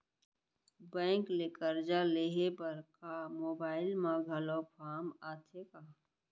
Bank ले करजा लेहे बर का मोबाइल म घलो फार्म आथे का?